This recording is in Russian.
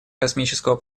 космического